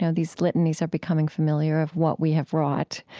so these litanies are becoming familiar of what we have wrought.